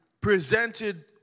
presented